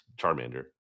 Charmander